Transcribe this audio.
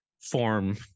form